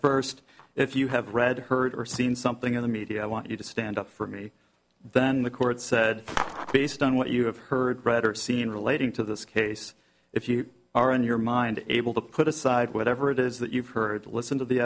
first if you have read heard or seen something in the media i want you to stand up for me then the court said based on what you have heard read or seen relating to this case if you are in your mind able to put aside whatever it is that you've heard listen to the